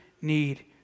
need